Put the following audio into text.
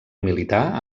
militar